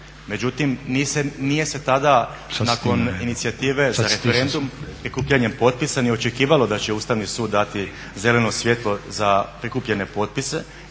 Međutim, nije se tada nakon inicijative za referendum prikupljanjem potpisa ni očekivalo da će Ustavni sud dati zeleno svjetlo za prikupljene potpise